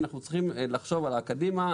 אנחנו צריכים לחשוב על הקדימה,